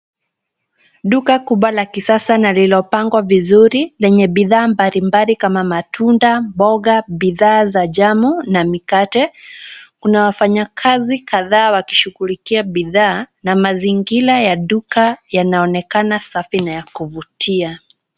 Duka kubwa la kisasa na lililopangwa vizuri lenye bidhaa mbalimbali kama matunda mboga, bidhaa za jamu na mikate. Kuna wafanyikazi kadhaa wakishughulikia bidhaa na mazingira ya duka yanaonekana safi na ya kuvutia.